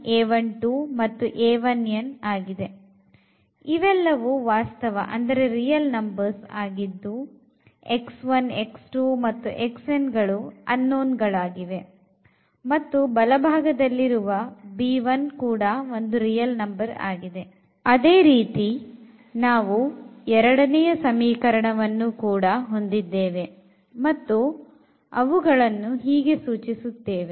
ಇವೆಲ್ಲವೂ ವಾಸ್ತವ ಸಂಖ್ಯೆಗಳು ಆಗಿದ್ದು ಮತ್ತು unknown ಗಳಾಗಿವೆ ಮತ್ತು ಬಲಭಾಗದಲ್ಲಿರುವ ಕೂಡ ಒಂದು ವಾಸ್ತವ ಸಂಖ್ಯೆಯಾಗಿದೆ ಅದೇರೀತಿ ನಾವು ಎರಡನೇ ಸಮೀಕರಣವನ್ನು ಕೂಡ ಹೊಂದಿದ್ದೇವೆ ಮತ್ತು ಅವುಗಳನ್ನು ಹೀಗೆ ಸೂಚಿಸುತ್ತೇವೆ